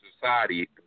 society